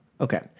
Okay